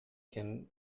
can